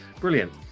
brilliant